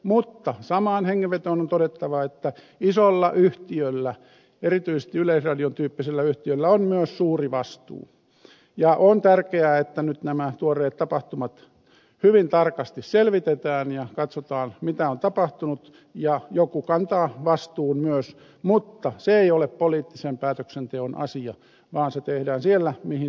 mutta samaan hengenvetoon on todettava että isolla yhtiöllä erityisesti yleisradion tyyppisellä yhtiöllä on myös suuri vastuu ja on tärkeää että nyt nämä tuoreet tapahtumat hyvin tarkasti selvitetään ja katsotaan mitä on tapahtunut ja joku kantaa vastuun myös mutta se ei ole poliittisen päätöksenteon asia vaan se tehdään siellä mihin se kuuluu